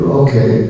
okay